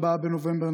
4 בנובמבר,